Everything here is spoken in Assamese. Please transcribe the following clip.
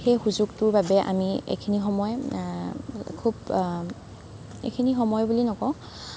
সেই সুযোগটোৰ বাবে আমি এইখিনি সময় খুব এইখিনি সময় বুলি নকওঁ